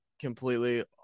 completely